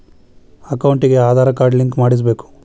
ಅಕೌಂಟಿಗೆ Aadhaar card link ಮಾಡಿಸಬೇಕು?